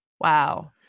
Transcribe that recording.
Wow